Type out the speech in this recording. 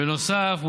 בנוסף,